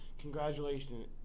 Congratulations